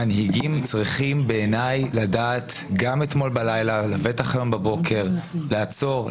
בעיניי מנהיגים צריכים לדעת - גם אתמול בלילה ובטח הבוקר -לעצור,